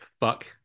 fuck